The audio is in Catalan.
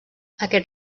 aquest